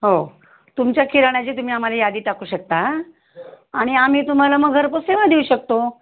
हो तुमच्या किराणाची तुम्ही आम्हाला यादी टाकू शकता आणि आम्ही तुम्हाला मग घरपोच सेवा देऊ शकतो